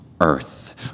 earth